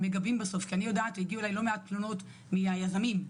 זה גרוע כשזה